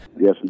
Yes